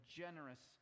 generous